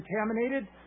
contaminated